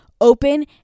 open